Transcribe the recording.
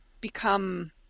become